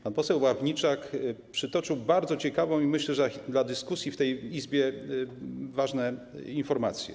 Pan poseł Ławniczak przytoczył bardzo ciekawe i myślę, że dla dyskusji w tej Izbie ważne informacje.